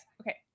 okay